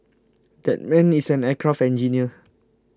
that man is an aircraft engineer